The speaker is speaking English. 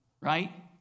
right